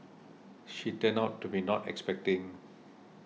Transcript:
she turned out to be not expecting